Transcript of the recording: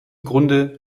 grunde